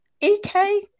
EK